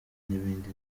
n’ibindi